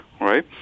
right